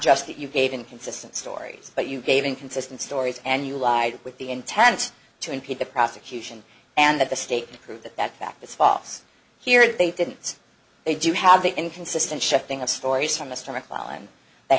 just that you gave inconsistent stories but you gave inconsistent stories and you lied with the intent to impede the prosecution and that the state to prove that that fact this false here they didn't say they do have the inconsistent shifting of stories from mr mcclellan they